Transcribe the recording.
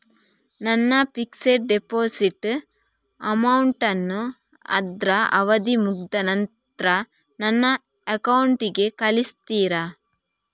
ನನ್ನ fixed deposit amount ಅನ್ನು ಅದ್ರ ಅವಧಿ ಮುಗ್ದ ನಂತ್ರ ನನ್ನ ಅಕೌಂಟ್ ಗೆ ಕಳಿಸ್ತೀರಾ?